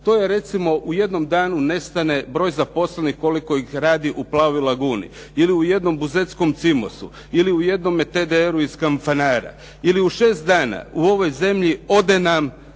To je recimo u jednom danu nestane broj zaposlenih koliko ih radi u "Plavoj laguni" ili u jednom Buzetskom "Cimosu", ili u jednom "TDR-u" iz Kampanara, ili u 6 dana u ovoj zemlji ode nam